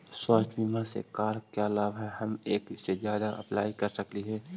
स्वास्थ्य बीमा से का क्या लाभ है हम एक से जादा अप्लाई कर सकली ही?